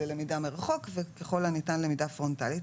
למידה מרחוק וככל הניתן למידה פרונטלית.